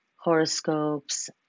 horoscopes